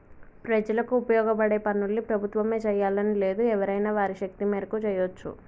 ప్రజలకు ఉపయోగపడే పనుల్ని ప్రభుత్వమే జెయ్యాలని లేదు ఎవరైనా వారి శక్తి మేరకు జెయ్యచ్చు